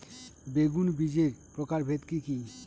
বেগুন বীজের প্রকারভেদ কি কী?